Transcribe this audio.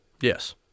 Yes